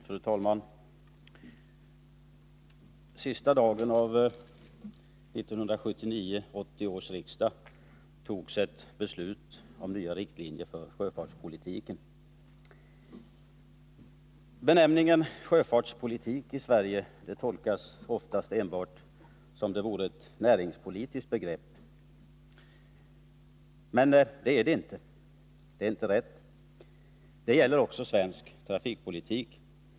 Fru talman! På den sista dagen av 1979/80 års riksmöte fattades beslut om nya riktlinjer för sjöfartspolitiken. Sjöfartspolitik tolkas i Sverige oftast enbart som ett näringspolitiskt begrepp. Men det är inte riktigt. Det gäller också svensk trafikpolitik.